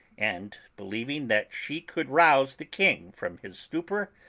and, believing that she could rouse the king from his stupor,